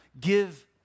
give